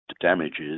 damages